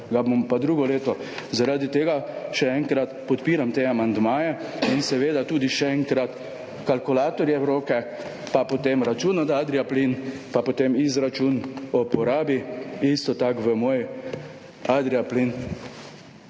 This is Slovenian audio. ga bom pa drugo leto. Zaradi tega še enkrat, podpiram te amandmaje in seveda tudi še enkrat, kalkulatorje v roke pa potem račun od Adria plin, pa potem izračun o porabi. Isto tako v moji Adria plin